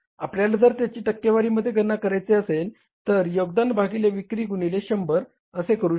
आपल्याला जर त्याची टक्केवारीमध्ये गणना करायची असेल तर योगदान भागिले विक्री गुणिले 100 असे करू शकता